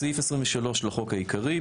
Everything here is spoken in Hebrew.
בסעיף 23 לחוק העיקרי,